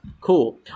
Cool